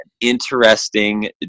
interesting